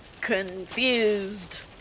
confused